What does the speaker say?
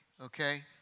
okay